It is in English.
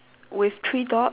with three dot